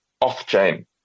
off-chain